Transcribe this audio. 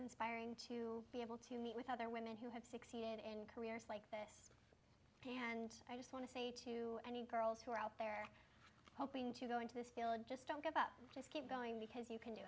inspiring to be able to meet with other women who have succeeded in careers like that and i just want to say to any girls who are out there hoping to go into this just don't give up just keep going because if you